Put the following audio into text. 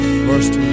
first